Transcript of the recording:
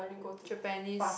Japanese